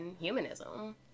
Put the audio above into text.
humanism